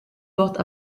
portent